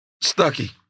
Stucky